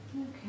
Okay